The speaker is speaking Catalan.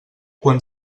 quan